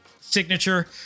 signature